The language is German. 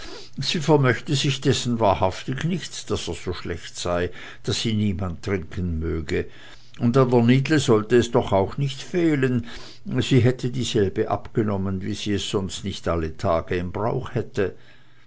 sie vermochte sich dessen wahrhaftig nichts daß er so schlecht sei daß ihn niemand trinken möge und an der nidle sollte es doch auch nicht fehlen sie hätte dieselbe abgenommen wie sie es sonst nicht alle tage im brauch hätte